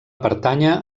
pertànyer